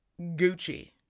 gucci